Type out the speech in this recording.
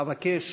אבקש